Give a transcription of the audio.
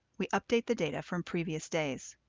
we update the data from previous days.